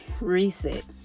Reset